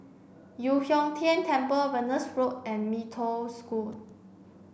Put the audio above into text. Yu Huang Tian Temple Venus Road and Mee Toh School